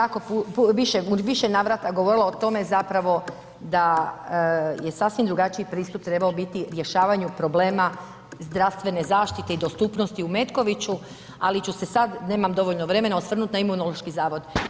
Ja sam već u više navrata govorila o tome zapravo da je sasvim drugačiji pristup trebao biti rješavanju problema zdravstvene zaštite i dostupnosti u Metkoviću, ali ću se sad nemam dovoljno vremena osvrnut na Imunološki zavod.